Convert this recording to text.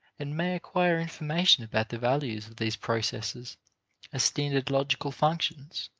and may acquire information about the value of these processes as standard logical functions,